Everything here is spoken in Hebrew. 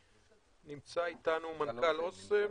נמצא איתנו מנכ"ל אסם